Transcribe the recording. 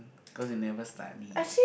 because you never study